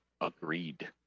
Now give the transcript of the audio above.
agreed